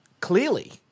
clearly